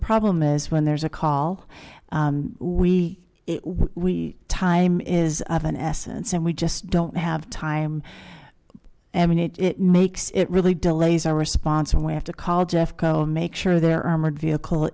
problem is when there's a call we we time is of an essence and we just don't have time i mean it it makes it really delays our response and we have to call jeffco make sure their armored vehicle